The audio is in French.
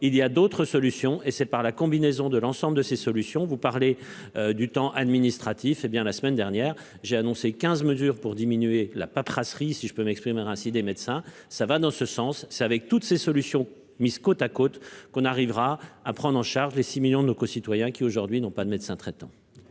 il y a d'autres solutions, et c'est par la combinaison de l'ensemble de ces solutions. Vous parlez du temps administratif hé bien la semaine dernière j'ai annoncé 15 mesures pour diminuer la paperasserie. Si je peux m'exprimer ainsi des médecins. Ça va dans ce sens. C'est avec toutes ces solutions mises côte à côte, qu'on arrivera à prendre en charge les 6 millions de nos concitoyens qui aujourd'hui n'ont pas de médecin traitant.